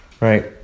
right